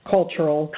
Cultural